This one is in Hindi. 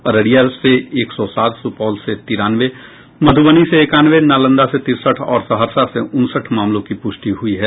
अररिया से एक सौ सात सुपौल से तिरानवे मध्रबनी से एकानवे नालंदा से तिरसठ और सहरसा से उनसठ मामलों की पुष्टि हुई है